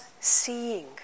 seeing